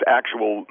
actual